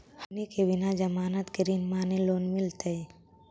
हमनी के बिना जमानत के ऋण माने लोन मिलतई?